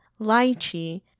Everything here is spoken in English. lychee